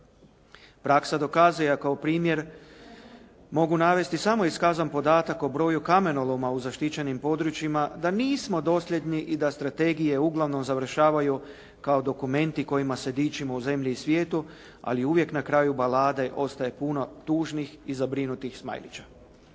Praksa dokazuje, a kao primjer mogu navesti samo iskazan podatak o broju kamenoloma u zaštićenim područjima da nismo dosljedni i da strategije uglavnom završavaju kao dokumenti kojima se dičimo u zemlji i svijetu, ali uvijek na kraju balade ostaje puno tužnih i zabrinutih smajlića.